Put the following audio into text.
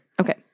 Okay